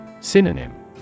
Synonym